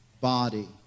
body